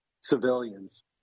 civilians